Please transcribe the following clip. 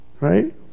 Right